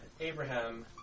Abraham